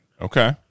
Okay